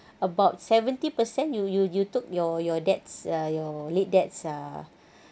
about seventy percent you you took your your dad's ah your late dad's uh